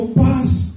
past